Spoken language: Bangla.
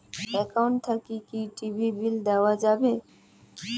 একাউন্ট থাকি কি টি.ভি বিল দেওয়া যাবে?